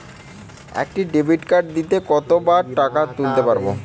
একটি ডেবিটকার্ড দিনে কতবার টাকা তুলতে পারব?